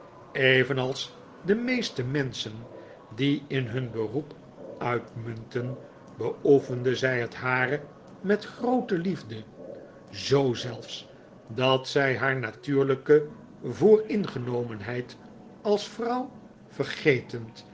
evenals de meeste menschen die in hun beroep uitmunten beoefende zij het hare met groote liefde zoo zelfs dat zij haar natuurlijke vooringenomenheid als vrouw vergetend